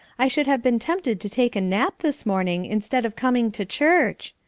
i should have been tempted to take a nap this morning instead of coming to church.